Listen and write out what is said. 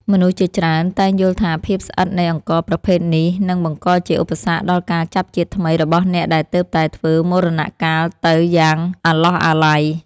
មនុស្សជាច្រើនតែងយល់ថាភាពស្អិតនៃអង្ករប្រភេទនេះនឹងបង្កជាឧបសគ្គដល់ការចាប់ជាតិថ្មីរបស់អ្នកដែលទើបតែធ្វើមរណកាលទៅយ៉ាងអាឡោះអាល័យ។